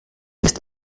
ist